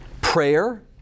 prayer